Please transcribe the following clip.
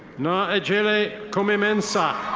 naa-adjeley kome-mensah.